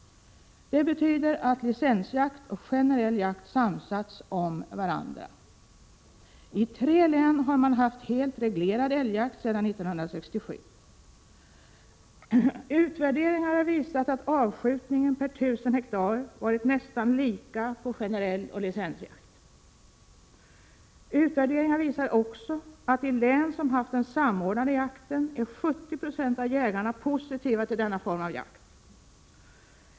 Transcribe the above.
Det betyder att licensjakt och generell jakt har samsats med varandra. I tre län har man haft helt reglerad älgjakt sedan 1967. Utvärderingar har visat att avskjutningen per 1 000 hektar har varit nästan lika stor vid generell jakt som vid licensjakt. Utvärderingarna har också visat att i de län som har haft den samordnade jakten är 70 96 av jägarna positiva till denna form av jakt.